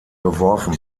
geworfen